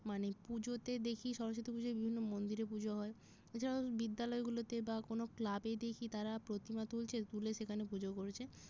মানে পুজোতে দেখি সরস্বতী পুজোয় বিভিন্ন মন্দিরে পুজো হয় এছাড়াও বিদ্যালয়গুলোতে বা কোনো ক্লাবে দেখি তারা প্রতিমা তুলছে তুলে সেখানে পুজো করছে